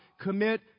Commit